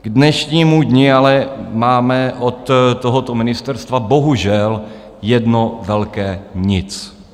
K dnešnímu dni ale máme od tohoto ministerstva bohužel jedno velké nic!